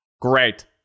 Great